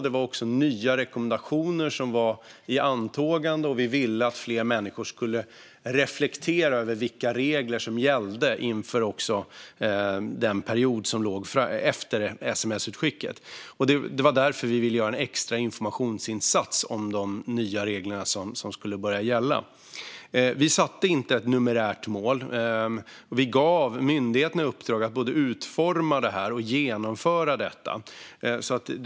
Det var också nya rekommendationer i antågande, och vi ville att fler människor skulle reflektera över vilka regler som gällde inför den period som låg efter sms-utskicket. Det var därför vi ville göra en extra informationsinsats om de nya regler som skulle börja gälla. Vi satte inte ett numerärt mål. Vi gav myndigheterna i uppdrag att både utforma och genomföra detta.